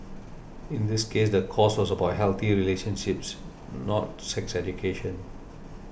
in this case the course was about healthy relationships not sex education